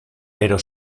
pero